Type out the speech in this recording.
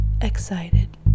excited